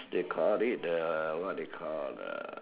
they call it the what they call uh